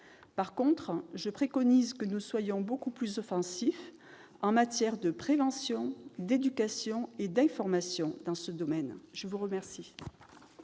revanche, je préconise que nous soyons beaucoup plus offensifs en matière de prévention, d'éducation et d'information dans ce domaine. Très bien